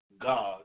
God